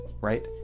right